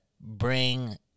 bring